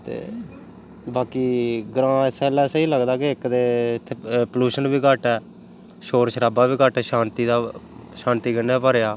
ते बाकी ग्रांऽ इस गल्ला स्हेई लगदा कि इक ते इत्थें पोल्यूशन बी घट्ट ऐ शोर शराबा बी घट्ट ऐ शांति दा शांति कन्नै भरेआ